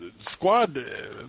squad